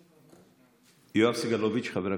יואב סגלוביץ', חבר הכנסת,